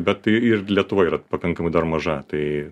bet tai ir lietuva yra pakankamai dar maža tai